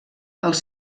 els